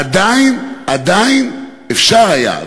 עדיין אפשר היה,